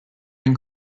been